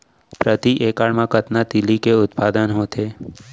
प्रति एकड़ मा कतना तिलि के उत्पादन होथे?